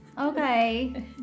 Okay